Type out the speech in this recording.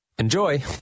Enjoy